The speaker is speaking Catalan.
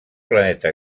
planeta